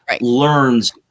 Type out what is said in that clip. learns